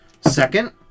second